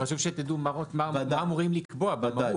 חשוב שתדעו מה אמורים לקבוע במהות.